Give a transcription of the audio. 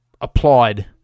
applaud